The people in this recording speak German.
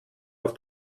auf